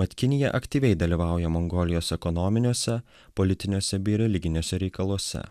mat kinija aktyviai dalyvauja mongolijos ekonominiuose politiniuose bei religiniuose reikaluose